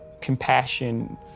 compassion